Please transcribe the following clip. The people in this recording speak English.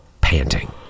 Panting